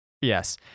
yes